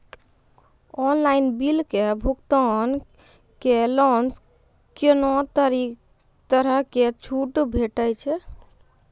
Online बिलक भुगतान केलासॅ कुनू तरहक छूट भेटै छै?